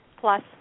plus